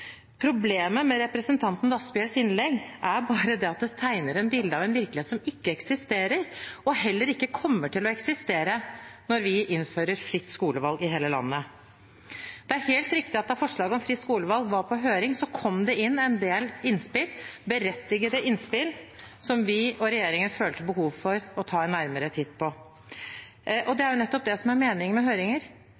Problemet med representanten Asphjells innlegg er bare det at det tegner et bilde av en virkelighet som ikke eksisterer, og som heller ikke kommer til å eksistere når vi innfører fritt skolevalg i hele landet. Det er helt riktig at da forslaget om fritt skolevalg var på høring, kom det en del innspill, berettigede innspill, som vi og regjeringen følte behov for å ta en nærmere titt på. Det er jo nettopp det